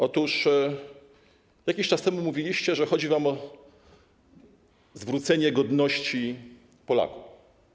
Otóż jakiś czasu temu mówiliście, że chodzi wam o zwrócenie godności Polakom.